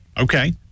Okay